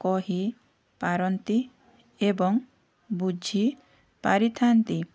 କହିପାରନ୍ତି ଏବଂ ବୁଝିପାରିଥାନ୍ତି